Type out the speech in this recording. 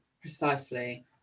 Precisely